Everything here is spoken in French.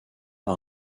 par